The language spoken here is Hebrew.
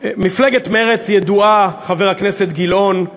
מפלגת מרצ ידועה, חבר הכנסת גילאון,